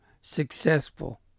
successful